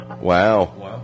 Wow